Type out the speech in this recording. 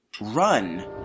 Run